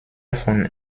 von